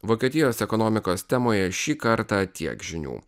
vokietijos ekonomikos temoje šį kartą tiek žinių